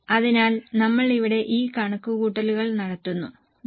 അതിനാൽ നമ്മൾ ഇവിടെ ഈ കണക്കുകൂട്ടൽ നടത്തുന്നു 3